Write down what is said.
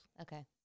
Okay